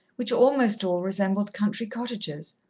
which almost all resembled country cottages.